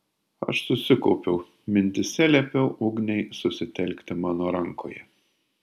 aš susikaupiau mintyse liepiau ugniai susitelkti mano rankoje